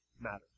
matter